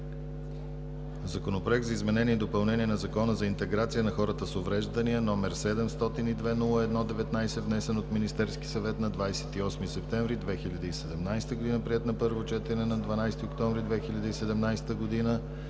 Законопроект за изменение и допълнение на Закона за интеграция на хората с увреждания, № 702-01-19, внесен от Министерския съвет на 28 септември 2017 г., приет на първо четене на 12 октомври 2017 г.